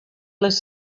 les